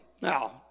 Now